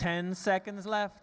ten seconds left